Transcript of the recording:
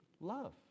love